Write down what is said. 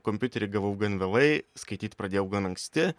kompiuterį gavau gan vėlai skaityt pradėjau gan anksti